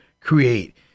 create